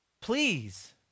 please